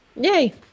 Yay